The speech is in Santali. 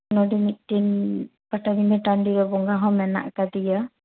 ᱱᱚᱸᱰᱮ ᱢᱤᱫᱴᱤᱱ ᱯᱟᱴᱟᱵᱤᱸᱫᱷᱟᱹ ᱴᱟᱺᱰᱤ ᱨᱮ ᱵᱚᱸᱜᱟ ᱦᱚᱸ ᱠᱟᱫᱮᱭᱟ